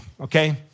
okay